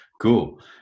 cool